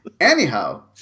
anyhow